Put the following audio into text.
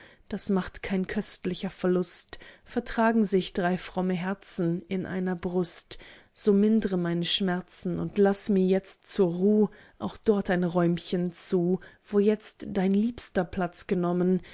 das macht dein köstlicher verlust vertragen sich drei fromme herzen in einer brust so mindre meine schmerzen und laß mir jetzt zur ruh auch dort ein räumchen zu wo jetzt dein liebster platz genommen